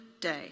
day